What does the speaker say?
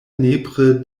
nepre